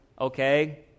okay